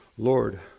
Lord